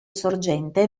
sorgente